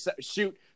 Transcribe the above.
shoot